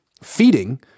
feeding